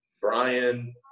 Brian